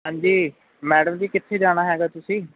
ਹਾਂਜੀ ਮੈਡਮ ਜੀ ਕਿੱਥੇ ਜਾਣਾ ਹੈਗਾ ਤੁਸੀਂ